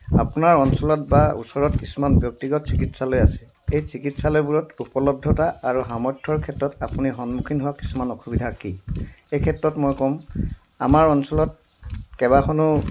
আপোনাৰ অঞ্চলত বা ওচৰত কিছুমান ব্যক্তিগত চিকিৎসালয় আছে সেই চিকিৎসালয়বোৰত উপলব্ধতা আৰু সামৰ্থ্যৰ ক্ষেত্ৰত আপুনি সন্মুখীন হোৱা কিছুমান অসুবিধা কি এই ক্ষেত্ৰত মই ক'ম আমাৰ অঞ্চলত কেইবাখনো